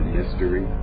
mystery